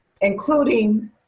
including